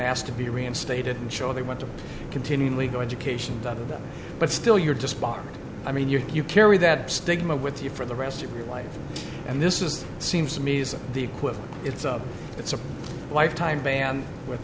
ask to be reinstated and show they want to continue legal education but still you're just bar i mean you carry that stigma with you for the rest of your life and this is seems to me is the equivalent it's a it's a lifetime ban with